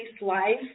life